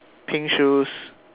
pink shoes